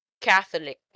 Catholic